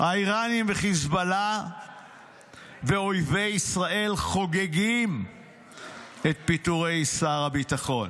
האיראנים וחיזבאללה ואויבי ישראל חוגגים את פיטורי שר הביטחון,